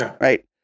Right